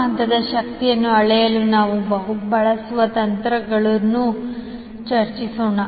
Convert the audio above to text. ಮೂರು ಹಂತದ ಶಕ್ತಿಯನ್ನು ಅಳೆಯಲು ನಾವು ಬಳಸುವ ತಂತ್ರಗಳನ್ನು ಚರ್ಚಿಸೋಣ